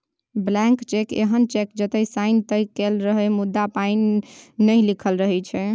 blank cheque एहन cheque जतय sign तए कएल रहय मुदा पाइ नहि लिखल रहै छै